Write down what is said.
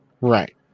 Right